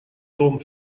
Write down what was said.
том